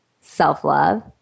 self-love